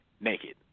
naked